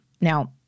Now